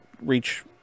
reach